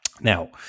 Now